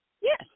Yes